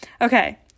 okay